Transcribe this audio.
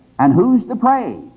and who is the prey?